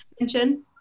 mention